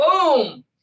boom